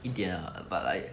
一点 lah but like